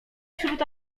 wśród